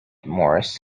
morris